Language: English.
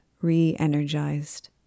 re-energized